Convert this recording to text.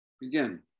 begin